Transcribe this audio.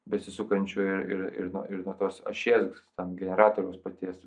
besisukančių ir ir nuo ir nuo tos ašies ten generatpriaus paties